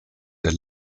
der